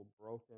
broken